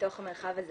בתוך המרחב הזה,